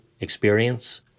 experience